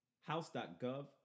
House.gov